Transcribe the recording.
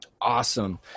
Awesome